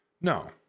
no